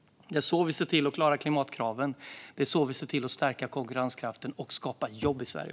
Det är så vi ser till att klara klimatkraven. Det är så vi ser till att stärka konkurrenskraften och skapa jobb i Sverige.